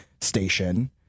station